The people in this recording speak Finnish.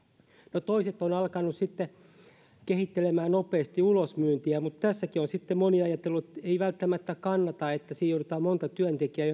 no toiset ovat alkaneet kehittelemään nopeasti ulosmyyntiä mutta tässäkin on sitten moni ajatellut että ei välttämättä kannata koska siinä tarvitaan monta työntekijää